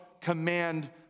command